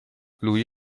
lui